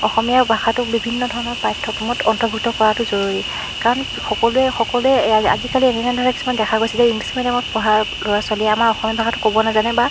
অসমীয়া ভাষাটোক বিভিন্ন ধৰণৰ পাঠ্যক্ৰমত অন্তৰ্ভুক্ত কৰাটো জৰুৰী কাৰণ সকলোৱে সকলোৱে আজ আজিকালি এনেধৰণে কিছুমান দেখা গৈছে যে ইংলিছ মিডিয়ামত পঢ়া ল'ৰা ছোৱালীয়ে আমাৰ অসমীয়া ভাষাটো ক'ব নাজানে বা